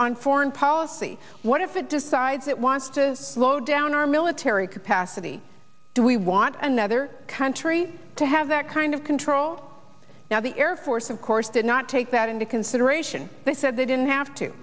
on foreign policy what if it decides it wants to slow down our military capacity do we want another country to have that kind of control now the air force of course did not take that into consideration they said they didn't have to